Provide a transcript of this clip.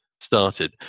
started